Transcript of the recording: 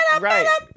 Right